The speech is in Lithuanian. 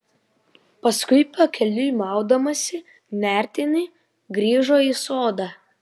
paskui pakeliui maudamasi nertinį grįžo į sodą